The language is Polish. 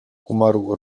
umarła